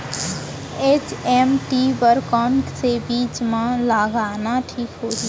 HMT बर कौन से बीज मा लगाना ठीक होही?